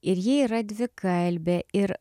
ir ji yra dvikalbė ir